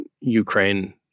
Ukraine